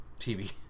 TV